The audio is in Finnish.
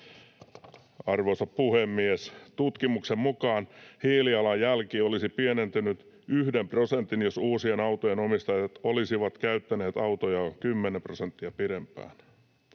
Arvoisa puhemies! ”Tutkimuksen mukaan hiilijalanjälki olisi pienentynyt 1 prosentin, jos uusien autojen omistajat olisivat käyttäneet autojaan 10 prosenttia pidempään.